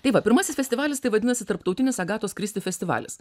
tai va pirmasis festivalis tai vadinasi tarptautinis agatos kristi festivalis